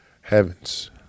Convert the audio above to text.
heavens